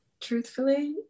truthfully